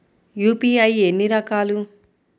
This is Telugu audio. యూ.పీ.ఐ ఎన్ని రకాలు?